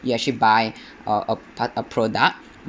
you actually buy uh a part~ a product